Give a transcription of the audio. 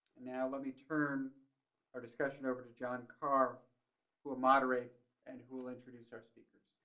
now let me turn our discussion over to john car who will moderate and who will introduce our speakers,